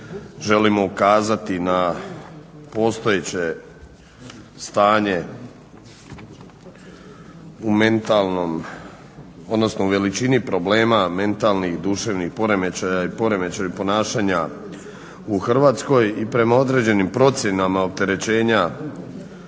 želimo ukazati na postojeće stanje u mentalnom u odnosno u veličini problema mentalnih, duševnih poremećaja i poremećaja ponašanja u Hrvatskoj. I prema određenim procjenama opterećenja